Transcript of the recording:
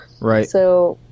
Right